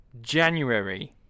January